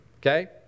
Okay